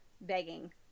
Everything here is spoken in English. begging